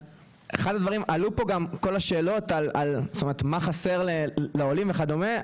עלו פה גם כל השאלות על מה חסר לעולים וכדומה,